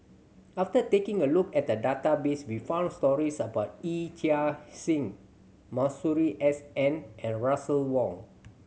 after taking a look at the database we found stories about Yee Chia Hsing Masuri S N and Russel Wong